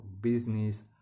business